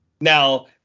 Now